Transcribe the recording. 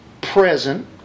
present